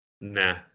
Nah